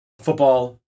football